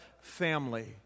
family